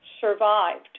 survived